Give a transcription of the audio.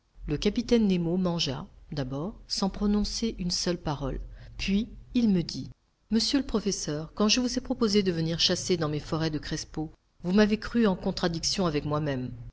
le capitaine nemo mangea d'abord sans prononcer une seule parole puis il me dit monsieur le professeur quand je vous ai proposé de venir chasser dans mes forêts de crespo vous m'avez cru en contradiction avec moi-même